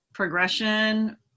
progression